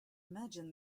imagine